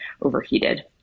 overheated